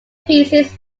pieces